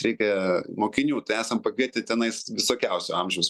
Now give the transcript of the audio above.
reikia mokinių tai esam pakvietę tenais visokiausio amžiaus